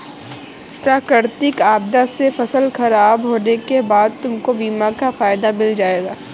प्राकृतिक आपदा से फसल खराब होने के बाद तुमको बीमा का फायदा मिल जाएगा